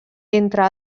entre